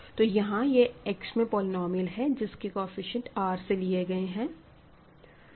तो यहां यह X में पॉलिनॉमियल है जिसके केफीसिएंट R से लिए गए है